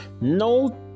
No